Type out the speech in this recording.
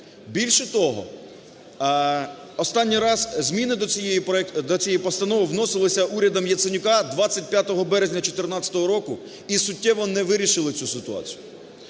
Більше того, останній раз зміни до цієї постанови вносилися урядом Яценюка 25 березня 2014 року і суттєво не вирішили цю ситуацію.